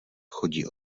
chodí